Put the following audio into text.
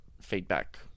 feedback